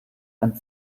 ein